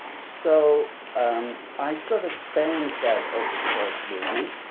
so um i sort of spanned that open source movement.